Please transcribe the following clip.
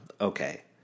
Okay